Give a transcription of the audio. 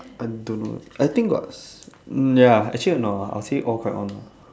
I don't know I think got um ya actually I don't know lah I would say all quite on ah